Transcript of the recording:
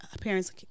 parents